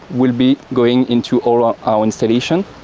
will be going into all our our installations.